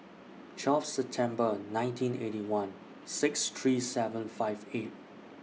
twelve September nineteen Eighty One six three seven five eight